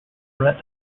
bret